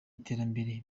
iterambere